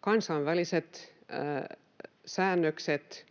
kansainvälisiä säännöksiäkin